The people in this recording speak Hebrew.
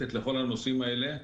ומתומצתת לכל הנושאים האלה.